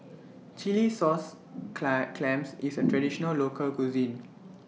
Chilli Sauce Clams IS A Traditional Local Cuisine